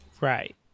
Right